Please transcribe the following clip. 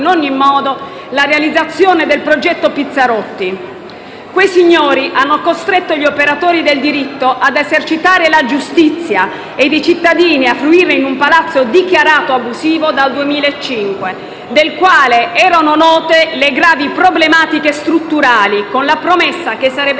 la realizzazione del progetto Pizzarotti. Quei signori hanno costretto gli operatori del diritto a esercitare la giustizia e i cittadini a fruirne in un palazzo dichiarato abusivo sin dal 2005, del quale erano note le gravi problematiche strutturali, con la promessa che sarebbe stata una